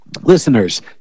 Listeners